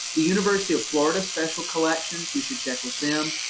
the university of florida special collections, you should check with them.